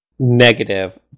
negative